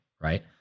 right